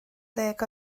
ddeg